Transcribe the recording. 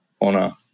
Honor